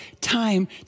time